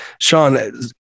sean